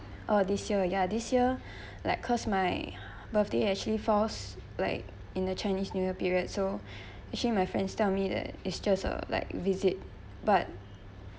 oh this year ya this year like cause my birthday actually falls like in the chinese new year period so actually my friends tell me that is just uh like visit but